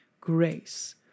grace